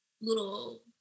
little